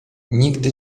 nigdy